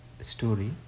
story